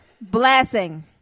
blessing